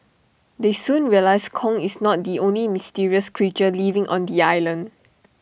they soon realise Kong is not the only mysterious creature living on the island